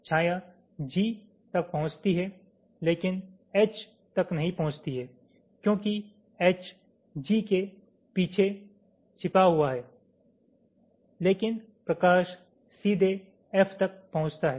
छाया G तक पहुँचती है लेकिन H तक नहीं पहुँचती है क्योंकि H G के पीछे छिपा हुआ है लेकिन प्रकाश सीधे F तक पहुँचता है